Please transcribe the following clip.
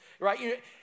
Right